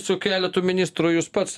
su keletu ministrų jūs pats